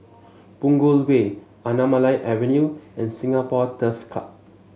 Punggol Way Anamalai Avenue and Singapore Turf Club